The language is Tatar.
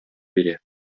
бирә